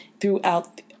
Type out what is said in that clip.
throughout